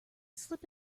slip